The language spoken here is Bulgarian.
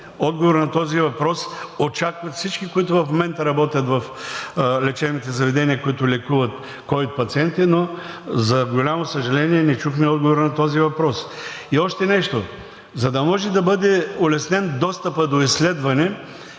Отговор на този въпрос очакват всички, които в момента работят в лечебните заведения, които лекуват ковид пациенти, но за голямо съжаление, не чухме отговора на този въпрос. И още нещо, за да може да бъде улеснен достъпът до изследване,